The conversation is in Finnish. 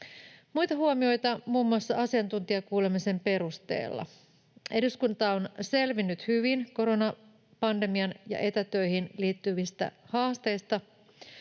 Muita huomioita muun muassa asiantuntijakuulemisen perusteella: Eduskunta on selvinnyt hyvin koronapandemiaan ja etätöihin liittyvistä haasteista,